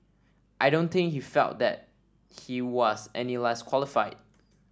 I don't think he felt that he was any less qualified